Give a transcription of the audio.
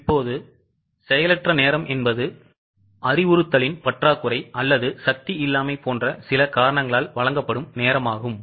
இப்போது செயலற்ற நேரம் என்பது அறிவுறுத்தலின் பற்றாக்குறை அல்லது சக்தி இல்லாமை போன்ற சில காரணங்களால் வழங்கப்படும் நேரமாகும்